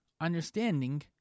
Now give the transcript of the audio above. understanding